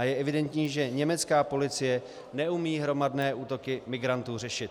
Je evidentní, že německá policie neumí hromadné útoky migrantů řešit.